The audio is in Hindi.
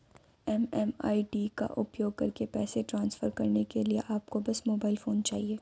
एम.एम.आई.डी का उपयोग करके पैसे ट्रांसफर करने के लिए आपको बस मोबाइल फोन चाहिए